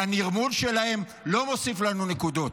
והנרמול שלהם לא מוסיף לנו נקודות,